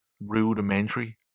rudimentary